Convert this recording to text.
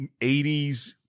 80s